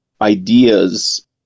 ideas